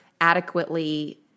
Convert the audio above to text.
adequately –